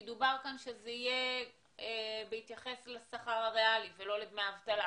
כי דובר כאן שזה יהיה בהתייחס לשכר הריאלי ולא לדמי אבטלה.